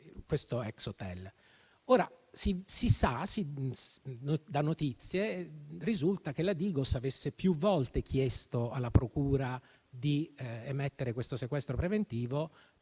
l'ex hotel. Da notizie risulta che la Digos avesse più volte chiesto alla procura di emettere questo sequestro preventivo,